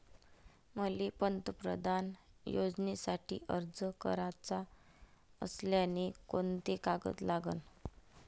मले पंतप्रधान योजनेसाठी अर्ज कराचा असल्याने कोंते कागद लागन?